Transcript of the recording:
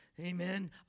Amen